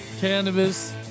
cannabis